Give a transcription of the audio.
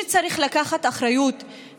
האמת היא שמי שנגרר אחרי הטרוריסטים